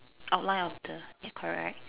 outline of the ya correct right